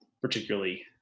particularly